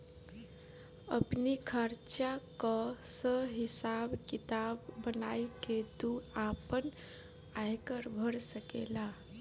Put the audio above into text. आपनी खर्चा कअ सब हिसाब किताब बनाई के तू आपन आयकर भर सकेला